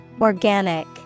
Organic